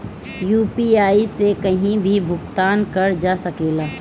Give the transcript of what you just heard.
UPI से कहीं भी भुगतान कर जा सकेला?